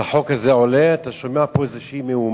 שהחוק הזה עולה אתה שומע פה איזו מהומה,